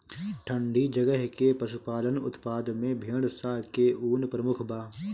ठंडी जगह के पशुपालन उत्पाद में भेड़ स के ऊन प्रमुख बा